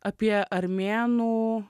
apie armėnų